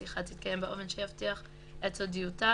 השיחה תתקיים באופן שיבטיח את סודיותה